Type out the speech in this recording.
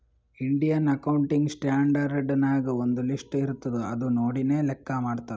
Indian accounting standard ನಾಗ್ ಒಂದ್ list ಇರ್ತುದ್ ಅದು ನೋಡಿನೇ ಲೆಕ್ಕಾ ಮಾಡ್ತಾರ್